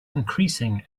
increasing